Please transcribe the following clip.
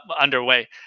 Underway